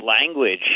language